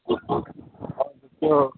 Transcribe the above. त्यो